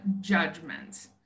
judgment